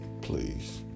Please